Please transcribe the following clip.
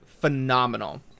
phenomenal